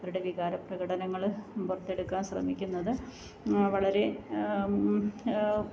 അവരുടെ വികാര പ്രകടനങ്ങൾ പുറത്തെടുക്കാൻ ശ്രമിക്കുന്നത് വളരെ